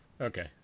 Okay